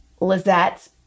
Lizette